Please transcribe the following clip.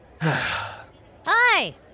Hi